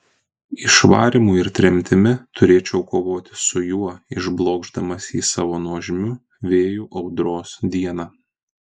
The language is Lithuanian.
išvarymu ir tremtimi turėčiau kovoti su juo išblokšdamas jį savo nuožmiu vėju audros dieną